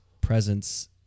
presence